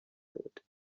بود